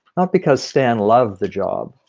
not because stan loved the job.